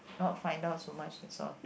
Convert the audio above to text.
not find out so much that's all